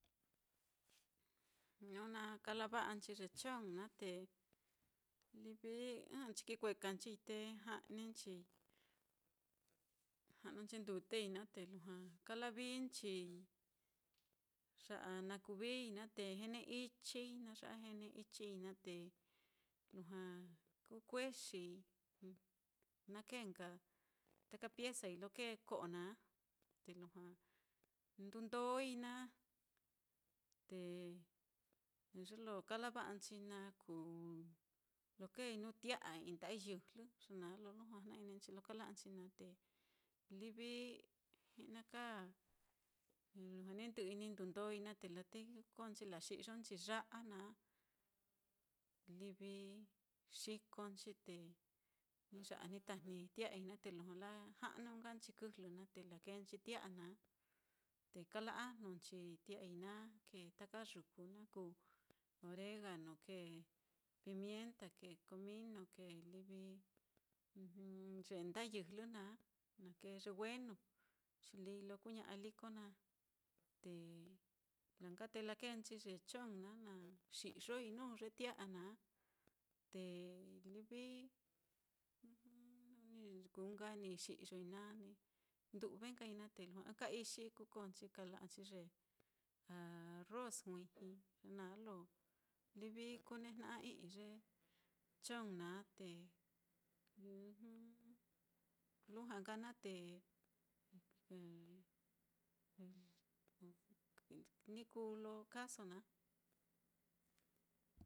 Jnu na kalava'anchi ye chong naá, te livi jɨ'ɨnchi kikuekanchii te ja'ninchii, ja'nu nchi ndutei naá, te lujua kalaviínchii, ya'a na kuvii naá, te ichii, na ya'a ichii naá, te lujua kuu kuexii na kee nka ta piezai lo kee ko'o naá, te lujua ndundói naá, te ye lo kalava'anchii naá kuu lo keei nuu tia'a i'i nda'a yɨjlɨ, ye naá lo lujua jna-ininchi lo kala'anchi naá, te livi ji'naka lujua ni ndɨ'ɨi ni ndundói naá, te kukonchi laxi'yonchi ya'a naá, livi xikonchi te ni ya'a ni tajni tia'ai naá, te lujua la ja'nu nkachi kɨjlɨ naá, te lakeenchi tia'a naá, te kala ajnunchi tia'ai naá, kee taka yuku, na kuu oregano, kee pimienta, kee comino, kee livi ye nda'a yɨjlɨ naá, na kee ye wenu xi líi lo kuña'a liko naá, te laa nka te lakeenchi ye chong naá na xi'yoi nuu ye tia'a naá, te livi jnu ni kuu nka ni xi'yoi naá, na ndu'vei nkai naá, te lujua ɨka ixi kukonchi kala'anchi ye arroz juiji na lo livi kunejna'a i'i ye chong naá, te lujua nka naá te ni kuu lo kaaso naá.